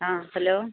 ആ ഹലോ